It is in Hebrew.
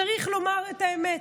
צריך לומר את האמת,